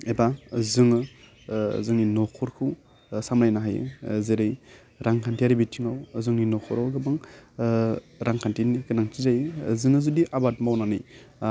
एबा जोङो ओह जोंनि न'खरखौ ओह सामलायनो हायो ओह जेरै रांखान्थियारि बिथिङाव ओह जोंनि न'खराव गोबां ओह रांखिन्थिनि गोनांथि जायो ओह जोङो जुदि आबाद मावनानै ओह